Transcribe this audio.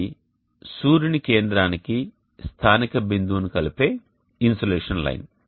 ఇది సూర్యుని కేంద్రానికి స్థానిక బిందువును కలిపే ఇన్సోలేషన్ లైన్